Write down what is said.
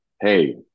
hey